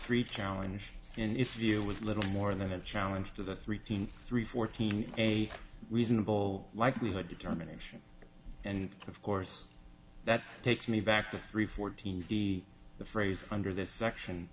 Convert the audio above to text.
three challenge and its view was little more than a challenge to the three hundred three fourteen a reasonable likelihood determination and of course that takes me back to three fourteen the the phrase under this section